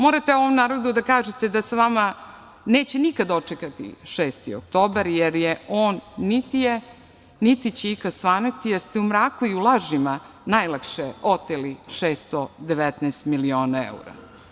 Morate ovom narodu da kažete da sa vama neće nikada dočekati 6. oktobar, jer on niti će ikada svanuti, jer ste u mraku i u lažima najlakše oteli 619 miliona evra.